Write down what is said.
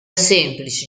semplici